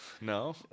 No